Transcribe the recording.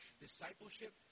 discipleship